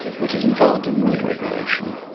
which is involved in mood regulation,